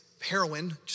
heroin